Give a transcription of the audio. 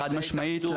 חד משמעית.